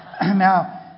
Now